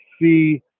see